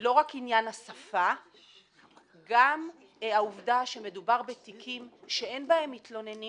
לא רק עניין השפה אלא גם העובדה שמדובר בתיקים שאין בהם מתלוננים